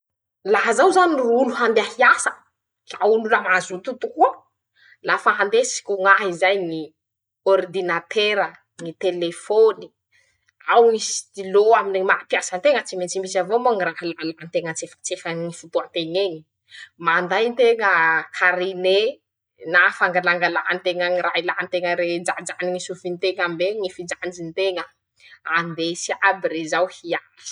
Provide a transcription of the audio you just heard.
Laha zaho zany ro olo handeha hiasa, la olo la mazoto tokoa, lafa andesiko ñahy zay ñy ôridinatera, ñy telefôny, ao ñy sitilô aminy ñy maha piasa nteña moa, tsy mentsy misy avao moa ñy raha alalaen-teña antsefatsefany ñy fotoa teñeñy, manday teña kariné na fangalangalanteña ñy ra ilanteña jajany ñy sofinteña mbeñy ñy fijanjy teña, andesy iaby rezao iasa.